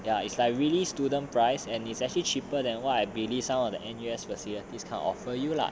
ya it's like really student price and it's actually cheaper than what I believe some of the N_U_S facilities kind of offer you lah